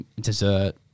dessert